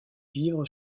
vivre